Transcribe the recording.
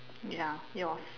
ya it was